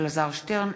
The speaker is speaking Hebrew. אלעזר שטרן,